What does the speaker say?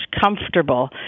comfortable